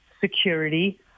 security